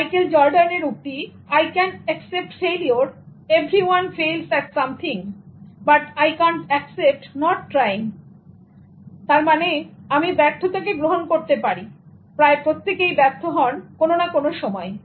Michael Jordan Jordon এর উক্তি "I can accept failure Everyone fails at something But I can't accept not trying" আমি ব্যর্থতাকে গ্রহণ করতে পারি প্রায় প্রত্যেকেই ব্যর্থ হন কোন না কোন সময়ে